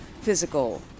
physical